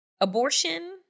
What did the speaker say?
Abortion